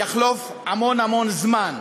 יחלוף המון המון זמן.